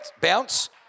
bounce